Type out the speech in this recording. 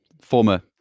former